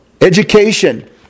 education